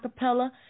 Acapella